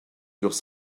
durent